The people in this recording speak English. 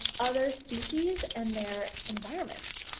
other species and their environments.